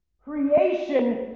Creation